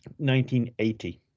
1980